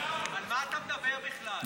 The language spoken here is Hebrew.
על מה אתה מדבר בכלל.